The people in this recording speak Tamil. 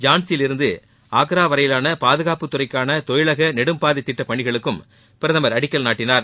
ஜான்சியிலிருந்து ஆக்ரா வரையிலான பாதுகாப்புத் துறைக்கான தொழிலக நெடும்பாதைத் திட்டப் பணிகளுக்கும் பிரதமர் அடிக்கல் நாட்டினார்